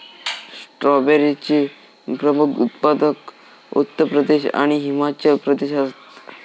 स्ट्रॉबेरीचे प्रमुख उत्पादक उत्तर प्रदेश आणि हिमाचल प्रदेश हत